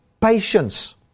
patience